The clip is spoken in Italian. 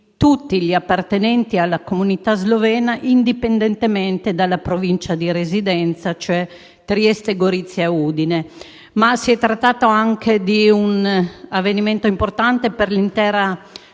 tutti gli appartenenti alla comunità slovena, indipendentemente dalla provincia di residenza (cioè Trieste, Gorizia e Udine). È stato un avvenimento importante anche per l'intera